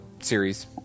series